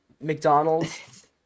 McDonald's